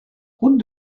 route